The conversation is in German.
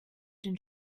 den